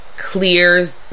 clears